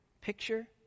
picture